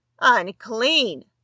Unclean